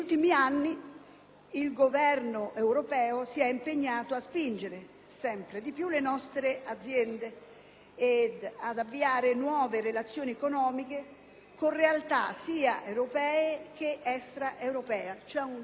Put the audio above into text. il Governo europeo si è impegnato a spingere, sempre di più, le nostre aziende ad avviare nuove relazioni economiche con realtà sia europee che extraeuropee. Ciò ha indotto